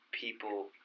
people